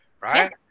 right